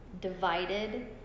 divided